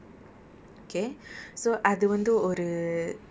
it's like restaurants that are side by side lah so like on stretch of restaurants